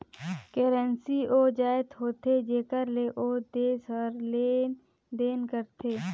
currency ओ जाएत होथे जेकर ले ओ देस हर लेन देन करथे